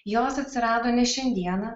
jos atsirado ne šiandieną